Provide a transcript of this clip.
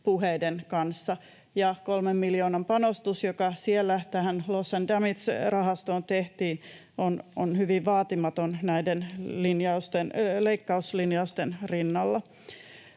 puheiden kanssa, ja kolmen miljoonan panostus, joka siellä tähän loss and damage ‑rahastoon tehtiin, on hyvin vaatimaton näiden leikkauslinjausten rinnalla.